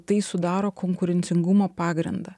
tai sudaro konkurencingumo pagrindą